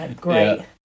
great